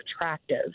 attractive